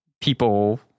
people